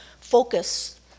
focus